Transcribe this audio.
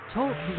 Talk